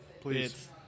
please